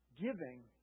Giving